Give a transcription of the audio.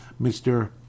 Mr